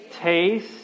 taste